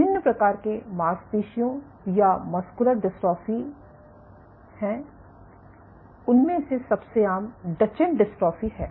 विभिन्न प्रकार के मांसपेशियों या मस्कुलर डिस्ट्रोफी हैं उनमें से सबसे आम डचेन डिस्ट्रोफी है